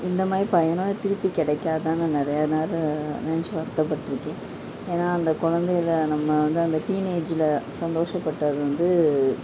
இந்த மாதிரி பயணம் திருப்பி கிடைக்காதான்னு நிறையா நாள் நினச்சி வருத்தப்பட்டிருக்கேன் ஏன்னா அந்த குழந்தையில நம்ம வந்து அந்த டீனேஜ்ல சந்தோஷப்பட்டது வந்து